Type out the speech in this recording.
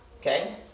Okay